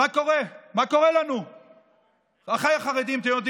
מה קורה, מה קורה לנו?